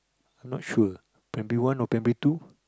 not sure primary one or primary two